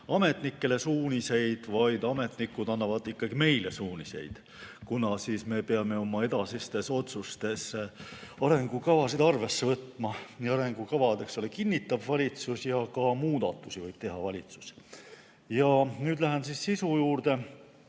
ametnikele suuniseid, vaid ametnikud annavad ikkagi meile suuniseid, kuna me peame oma edasistes otsustes arengukavasid arvesse võtma. Arengukavad, eks ole, kinnitab valitsus ja ka muudatusi nendes võib teha valitsus. Nüüd lähen sisu juurde.